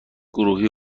گروهی